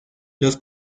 los